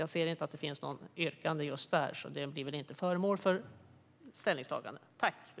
Jag ser inte att det skulle finnas något yrkande just där, så det blir väl inte föremål för ställningstagande, fru talman.